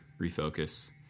refocus